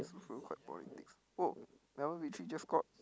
true quite politics !wow! just scored